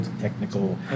technical